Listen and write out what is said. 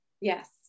Yes